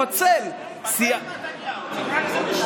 לפצל סיעה --- אתם או נתניהו --- יושב-ראש המפלגה שלך.